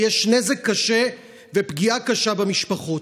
ויש נזק קשה ופגיעה קשה במשפחות.